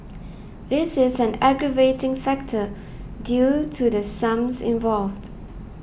this is an aggravating factor due to the sums involved